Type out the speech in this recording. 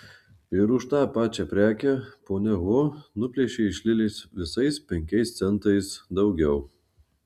ir už tą pačią prekę ponia ho nuplėšė iš lilės visais penkiais centais daugiau